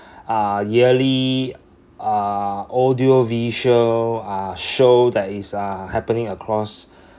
uh yearly uh audio visual uh show that is uh happening across